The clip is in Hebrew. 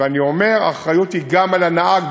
ואני אומר: האחריות היא גם על הנהג,